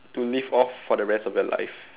to live off for the rest of your life